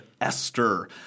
Esther